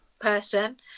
person